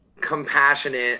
compassionate